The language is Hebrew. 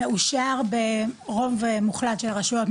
מאושר ברוב המוחלט של הרשויות,